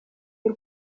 y’u